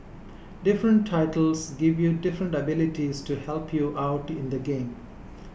different tiles give you different abilities to help you out in the game